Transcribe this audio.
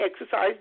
exercise